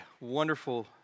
wonderful